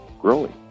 growing